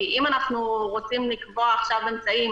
כי אם אנחנו רוצים לקבוע עכשיו אמצעים